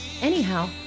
anyhow